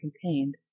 contained